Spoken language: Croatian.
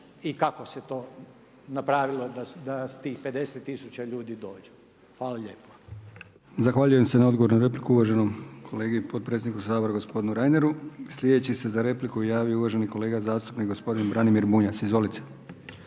i kako se to napravilo da tih 50 ljudi dođe. Hvala lijepo.